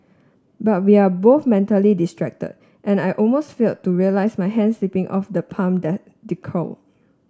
but we are both mentally distracted and I almost fail to realise my hand slipping off the palm decal